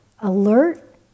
alert